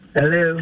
Hello